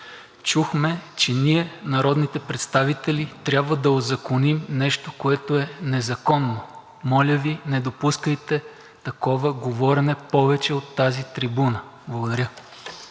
чухме, че ние – народните представители – трябва да узаконим нещо, което е незаконно! Моля Ви, не допускайте такова говорене повече от тази трибуна! Благодаря.